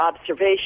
observation